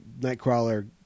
Nightcrawler